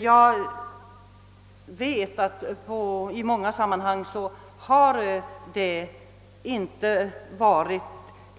Jag vet att det i många fall inte förekommit